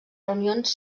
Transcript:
reunions